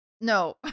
No